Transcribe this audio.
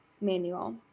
manual